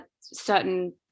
certain